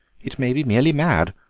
it may be merely mad.